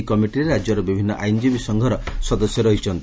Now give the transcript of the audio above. ଏହି କମିଟିରେ ରାକ୍ୟର ବିଭିନ୍ତ ଆଇନ ସଂଘର ସଦସ୍ୟ ରହିଛନ୍ତି